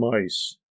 mice